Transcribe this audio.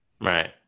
Right